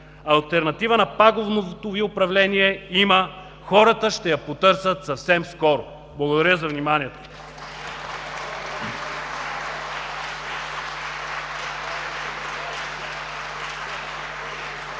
Алтернатива на пагубното Ви управление има. Хората ще я потърсят съвсем скоро. Благодаря за вниманието.